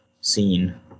scene